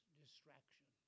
distraction